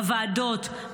בוועדות,